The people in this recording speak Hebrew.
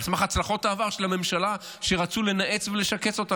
על סמך הצלחות העבר של הממשלה שרצו לנאץ ולשקץ אותה,